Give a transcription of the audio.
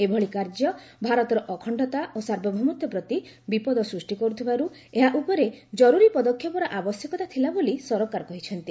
ଏଭଳି କାର୍ଯ୍ୟ ଭାରତର ଅଖଣ୍ଡତା ଓ ସାର୍ବଭୌମତ୍ୱ ପ୍ରତି ବିପଦ ସୃଷ୍ଟି କରୁଥିବାରୁ ଏହା ଉପରେ ଜରୁରୀ ପଦକ୍ଷେପର ଆବଶ୍ୟକତା ଥିଲା ବୋଲି ସରକାର କହିଛନ୍ତି